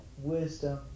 wisdom